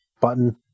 button